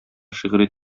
шигъри